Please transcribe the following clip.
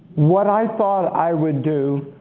what i thought i would do